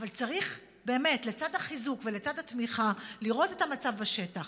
אבל צריך באמת לצד החיזוק ולצד התמיכה לראות את המצב בשטח.